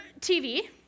TV